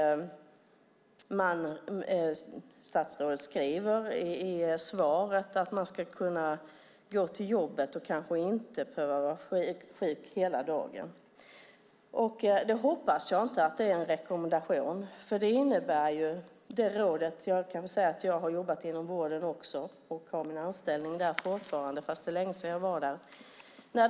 Statsrådet skriver att man ska kunna gå till jobbet och kanske inte behöver vara sjuk hela dagen. Jag hoppas att det inte är en rekommendation. Jag har jobbat också inom vården och har kvar min anställning där även om det är länge sedan jag var där.